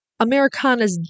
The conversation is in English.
Americanas